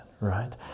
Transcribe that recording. right